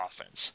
offense